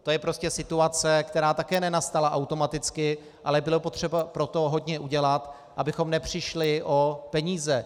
To je prostě situace, která také nenastala automaticky, ale bylo potřeba pro to hodně udělat, abychom nepřišli o peníze.